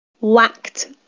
whacked